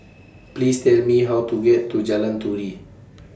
Please Tell Me How to get to Jalan Turi